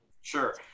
sure